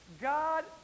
God